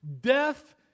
death